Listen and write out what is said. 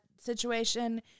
situation